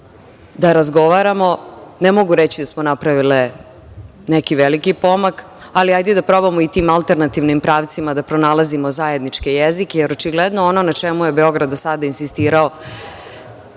da razgovaramo. Ne mogu reći da smo napravile neki veliki pomak, ali hajde da probamo i tim alternativnim pravcima da pronalazimo zajedničke jezike, jer očigledno ono na čemu je Beograd do sada insistirao